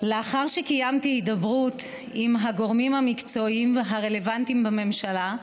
לאחר שקיימתי הידברות עם הגורמים המקצועיים הרלוונטיים בממשלה,